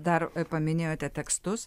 dar paminėjote tekstus